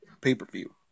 Pay-Per-View